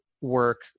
work